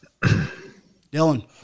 Dylan